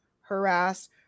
harass